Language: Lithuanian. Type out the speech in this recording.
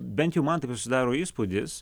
bent jau man susidaro įspūdis